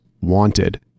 wanted